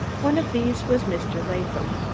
one of these was mr. latham,